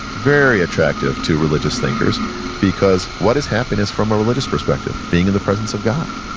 very attractive to religious thinkers because what is happiness from a religious perspective? being in the presence of god,